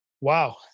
Wow